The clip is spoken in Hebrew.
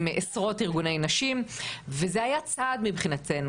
עשרות ארגוני נשים וזה היה צעד מבחינתנו,